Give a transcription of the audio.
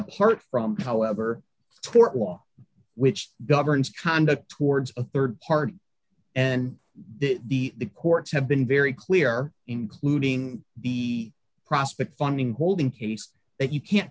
apart from however tort law which governs conduct towards a rd party and the courts have been very clear including b prospect funding holding case that you can't